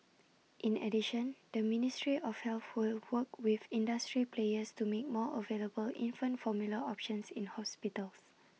in addition the ministry of health will work with industry players to make more available infant formula options in hospitals